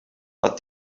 but